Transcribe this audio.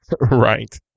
Right